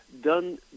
done